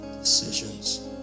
decisions